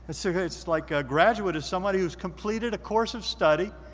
so yeah it's like a graduate is somebody who's completed a course of study.